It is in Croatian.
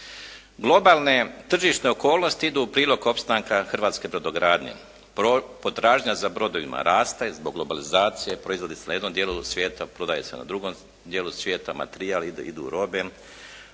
Globalne tržišne okolnosti idu u prilog opstanka hrvatske brodogradnje. Potražnja za brodovima raste zbog globalizacije, proizvodi se na jednom dijelu svijeta, prodaje se na drugom dijelu svijeta, materijal ide, idu robe,